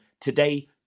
today